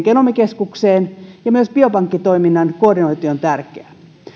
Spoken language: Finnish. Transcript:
genomikeskukseen ja myös biopankkitoiminnan koordinointi on tärkeää